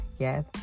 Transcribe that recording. Yes